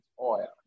oil